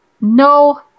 no